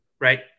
Right